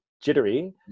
jittery